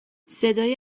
صدای